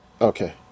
Okay